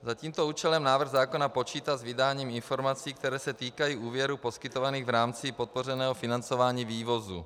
Za tímto účelem návrh zákona počítá s vydáním informací, které se týkají úvěrů poskytovaných v rámci podpořeného financování vývozu.